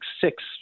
six